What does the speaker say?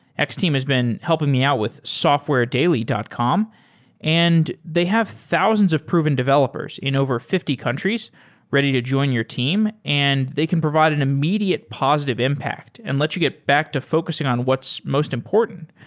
x-team has been helping me out with softwaredaily dot com and they have thousands of proven developers in over fifty countries ready to join your team and they can provide an immediate positive impact and lets you get back to focusing on what's most important,